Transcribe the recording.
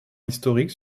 historique